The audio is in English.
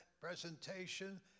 presentation